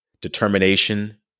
determination